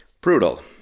Brutal